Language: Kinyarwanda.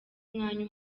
umwanya